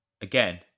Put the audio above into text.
Again